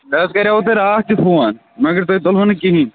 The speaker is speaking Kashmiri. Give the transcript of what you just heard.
مےٚ حظ کراوٕ تُہۍ راتھ تہِ فون مگر تُہۍ تُلوٕ نہٕ کِہیٖنۍ